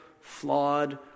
flawed